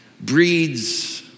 breeds